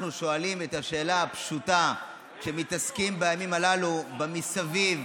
אנחנו שואלים את השאלה הפשוטה: כשמתעסקים בימים הללו במה שמסביב,